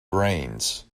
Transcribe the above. brains